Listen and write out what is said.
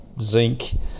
zinc